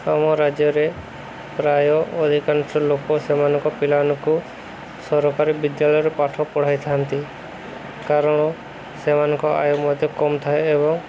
ଆମ ରାଜ୍ୟରେ ପ୍ରାୟ ଅଧିକାଂଶ ଲୋକ ସେମାନଙ୍କ ପିଲାମାନଙ୍କୁ ସରକାରୀ ବିଦ୍ୟାଳୟରେ ପାଠ ପଢ଼ାଇଥାନ୍ତି କାରଣ ସେମାନଙ୍କ ଆୟ ମଧ୍ୟ ତ କମ ଥାଏ ଏବଂ